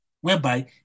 whereby